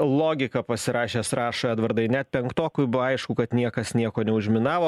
logika pasirašęs rašo edvardai net penktokui buvo aišku kad niekas nieko neužminavo